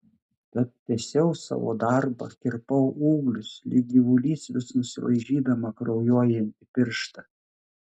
tad tęsiau savo darbą kirpau ūglius lyg gyvulys vis nusilaižydama kraujuojantį pirštą